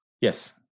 Yes